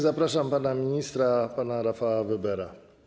Zapraszam pana ministra Rafała Webera.